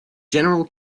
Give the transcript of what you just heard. general